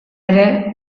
ere